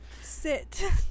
Sit